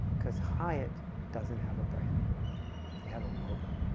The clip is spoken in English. because hyatt doesn't have a brand they have a logo